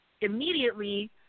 immediately